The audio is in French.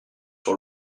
sur